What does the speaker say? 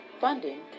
funding